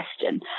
question